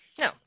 No